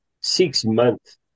six-month